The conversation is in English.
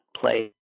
play